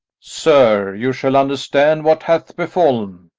sir, you shall understand what hath befall'n,